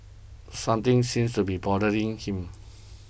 something seems to be bothering him